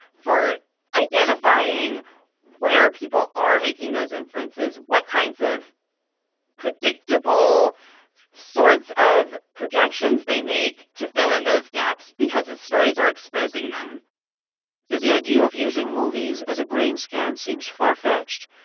for identifying where people are making those inferences, what kinds of predictable sorts of projections they make to fill in those gaps because the stories are exposing them if the idea of using movies as a brain scan seems far-fetched,